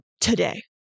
today